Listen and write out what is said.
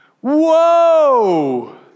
whoa